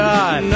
God